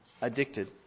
addicted